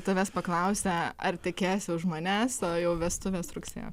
tavęs paklausia ar tekėsi už manęs o jau vestuvės rugsėjo